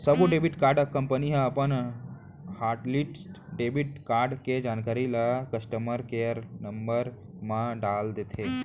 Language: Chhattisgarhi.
सब्बो डेबिट कारड कंपनी ह अपन हॉटलिस्ट डेबिट कारड के जानकारी ल कस्टमर केयर नंबर म डाल देथे